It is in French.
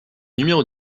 numéro